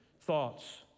thoughts